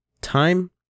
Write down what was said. time